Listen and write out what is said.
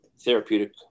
therapeutic